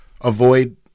avoid